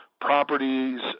Properties